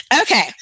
Okay